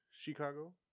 Chicago